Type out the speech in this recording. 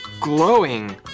glowing